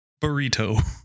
burrito